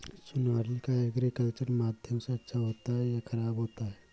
Sonalika agriculture माध्यम से अच्छा होता है या ख़राब होता है?